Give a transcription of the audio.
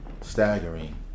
staggering